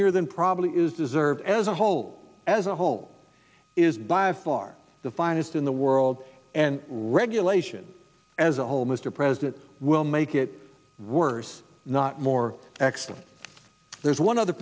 e than probably is deserved as a whole as a whole is by far the finest in the world and regulation as a whole mr president will make it worse not more extreme there's one other